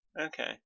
okay